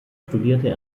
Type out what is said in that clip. studierte